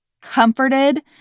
comforted